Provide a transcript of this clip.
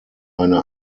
eine